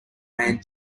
man